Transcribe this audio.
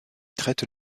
traite